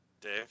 Dave